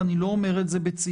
ואני לא אומר את זה בציוניות,